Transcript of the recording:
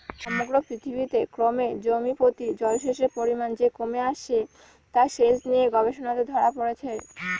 সমগ্র পৃথিবীতে ক্রমে জমিপ্রতি জলসেচের পরিমান যে কমে আসছে তা সেচ নিয়ে গবেষণাতে ধরা পড়েছে